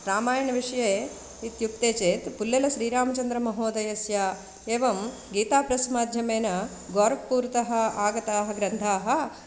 रामायणविषये इत्युक्ते चेत् पुल्लेल श्रीरामचन्द्रमहोदयस्य एवं गीता प्रेस् माध्यमेन गोरक्पूर् तः आगताः ग्रन्थाः